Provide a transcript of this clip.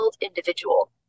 individual